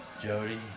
Jody